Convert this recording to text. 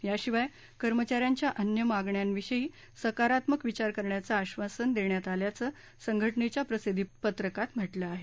याशिवाय कर्मचा यांच्या अन्य मागण्यांविषयी सकारात्मक विचार करण्याचं आश्वासन देण्यात आल्याचं संघटनेच्या प्रसिध्दीपत्रकात म्हटलं आहे